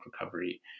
recovery